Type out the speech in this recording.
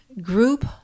group